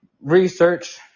Research